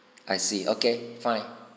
I see okay fine